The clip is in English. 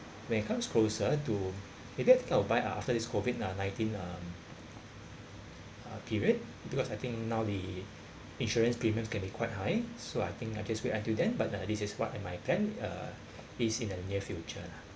when it comes closer to maybe I think of buy ah after this COVID uh nineteen um uh period because I think now the insurance premiums can be quite high so I think I guess wait until then but uh this is part of my plan uh it is in the near future lah